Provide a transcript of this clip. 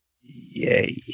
Yay